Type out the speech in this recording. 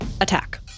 attack